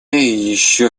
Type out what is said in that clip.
еще